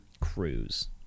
cruise